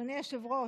אדוני היושב-ראש,